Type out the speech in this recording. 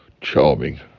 Charming